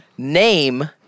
Name